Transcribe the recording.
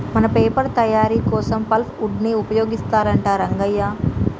మన పేపర్ తయారీ కోసం పల్ప్ వుడ్ ని ఉపయోగిస్తారంట రంగయ్య